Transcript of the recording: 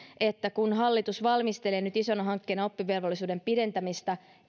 että kun hallitus valmistelee nyt isona hankkeena oppivelvollisuuden pidentämistä